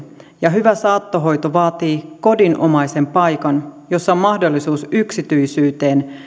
ja hyvä saattohoito vaatii kodinomaisen paikan jossa on mahdollisuus yksityisyyteen